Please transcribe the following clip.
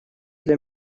для